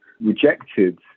rejected